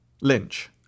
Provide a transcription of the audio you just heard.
Lynch